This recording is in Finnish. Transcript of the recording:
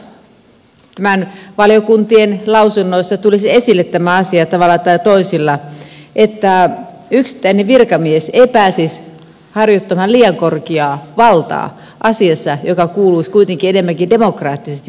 toivoisin että valiokuntien lausunnoissa tulisi esille tämä asia tavalla tai toisella että yksittäinen virkamies ei pääsisi harjoittamaan liian korkeaa valtaa asiassa joka kuuluisi kuitenkin enemmänkin demokraattisesti päätettäviin asioihin